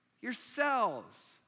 yourselves